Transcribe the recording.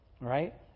right